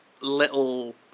Little